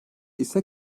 ise